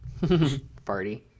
Farty